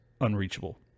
unreachable